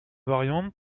variantes